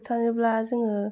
होबथानोब्ला जोङो